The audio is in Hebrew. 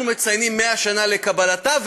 אנחנו מציינים 100 שנה לקבלתה,